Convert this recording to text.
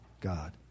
God